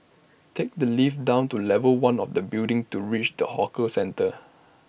take the lift down to level one of the building to reach the hawker centre